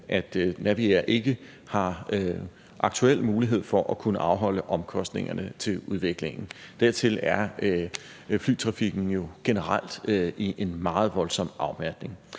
at Naviair ikke aktuelt har mulighed for at kunne afholde omkostningerne til udviklingen. Dertil er flytrafikken jo generelt i en meget voldsom afmatning.